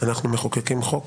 אנחנו מחוקקים חוק